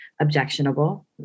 objectionable